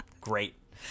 great